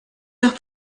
los